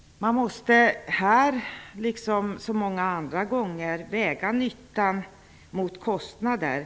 Här måste man liksom så många andra gånger väga nytta mot kostnader.